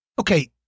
Okay